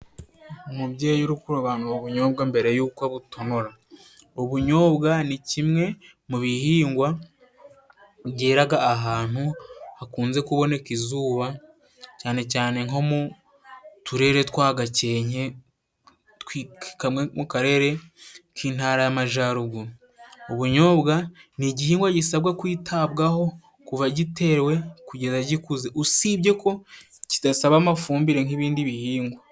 Umubyeyi uri kurobanura ubunyobwa mbere y'uko abutonora. Ubunyobwa ni kimwe mu bihingwa byeraga ahantu hakunze kuboneka izuba, cyane cyane nko mu turere twa Gakenke kamwe mu Karere k'Intara y'Amajaruguru. Ubunyobwa ni igihingwa gisabwa kwitabwaho kuva gitewe kugeza gikuze. Usibye ko kidasaba amafumbire nk'ibindi bihingwa.